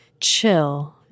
chill